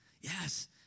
Yes